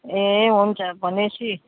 ए हुन्छ भनेसि